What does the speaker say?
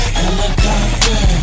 helicopter